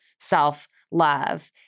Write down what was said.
self-love